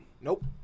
Nope